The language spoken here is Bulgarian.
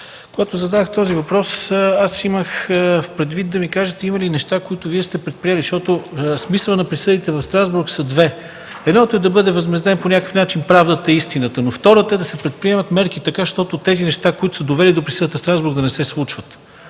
Когато зададох този въпрос, имах предвид да ми кажете има ли неща, които Вие сте предприели, защото смисълът на присъдите в Страсбург са две неща. Едното е да бъде възмездена по някакъв начин правдата и истината, но второто е да се предприемат мерки така, щото тези неща, които са довели до присъдата в Страсбург, да не се случват.